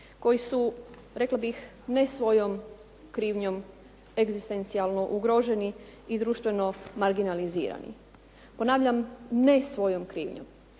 koji su, rekla bih, ne svojom krivnjom egzistencijalno ugroženi i društveno marginalizirani. Ponavljam, ne svojom krivnjom